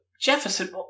Jefferson